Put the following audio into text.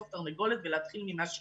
והיכן התרנגולת ולהתחיל ממה שראשון.